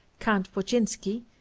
count wodzinski,